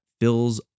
fills